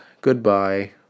goodbye